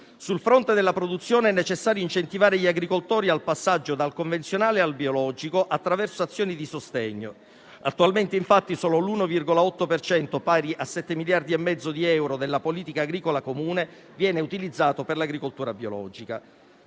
Sul fronte della produzione, è necessario incentivare gli agricoltori al passaggio dal convenzionale al biologico, attraverso azioni di sostegno. Attualmente, infatti, solo l'1,8 per cento (pari a 7,5 miliardi di euro) della politica agricola comune è utilizzato per l'agricoltura biologica,